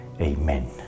Amen